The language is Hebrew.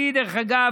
אני, דרך אגב,